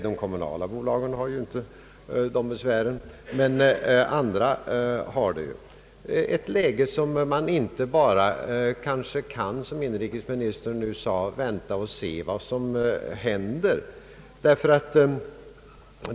De kommunala bolagen har inte de besvären, men andra har det. Man kan nog inte bara, som inrikesministern sade, vänta och se vad som händer.